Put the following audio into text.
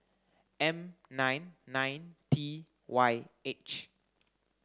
N nine nine T Y H